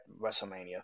WrestleMania